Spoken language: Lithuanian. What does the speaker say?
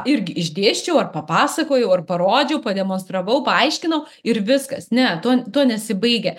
irgi išdėsčiau ar papasakojau ar parodžiau pademonstravau paaiškinau ir viskas ne tuo tuo nesibaigia